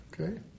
Okay